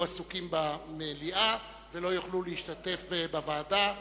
עסוקים במליאה ולא יוכלו להשתתף בוועדה,